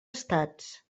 estats